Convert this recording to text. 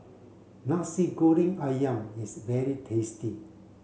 Nasi Goreng Ayam is very tasty